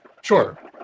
sure